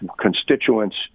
constituents